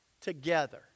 together